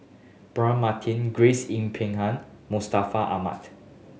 Braema Mathi Grace Yin Peck Ha Mustaq Ahmad